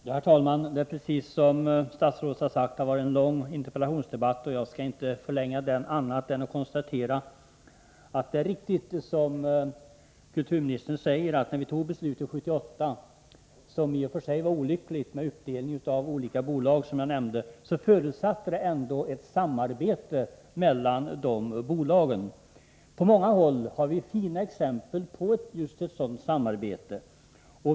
Herr talman! Det har, precis som statsrådet sagt, varit en lång interpellationsdebatt. Jag skall inte förlänga den mer än att jag vill konstatera att det är riktigt som kulturministern sagt, att beslutet 1978 — som i och för sig var olyckligt, med den uppdelning i olika bolag som jag nämnde — ändå förutsatte ett samarbete mellan bolagen. På många håll har vi fina exempel på just ett sådant samarbete.